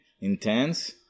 intense